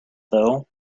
though